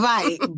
Right